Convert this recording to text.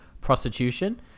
prostitution